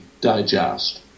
digest